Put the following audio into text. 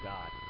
God